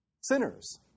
Sinners